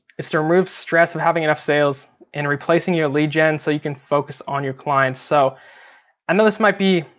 it's to remove stress of having enough sales and replacing your lead gen, so you can focus on your clients. so i know this might be,